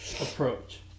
approach